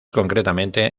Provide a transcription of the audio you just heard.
concretamente